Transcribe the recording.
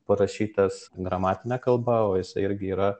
parašytas gramatine kalba o jisai irgi yra